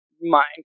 mind